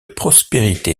prospérité